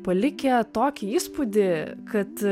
palikę tokį įspūdį kad